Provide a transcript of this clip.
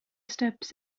steps